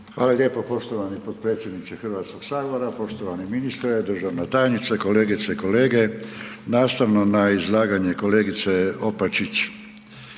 Hvala lijepo poštovani potpredsjedniče HS-a, poštovani ministre, državna tajnice, kolegice i kolege. Nastavno na izlaganje kolegice Opačić.